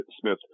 Smith